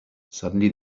suddenly